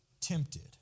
tempted